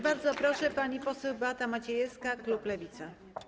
Bardzo proszę, pani poseł Beata Maciejewska, klub Lewica.